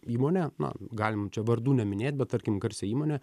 įmonę na galim čia vardų neminėt bet tarkim garsią įmonę